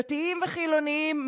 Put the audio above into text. דתיים וחילונים,